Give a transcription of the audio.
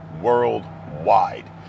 worldwide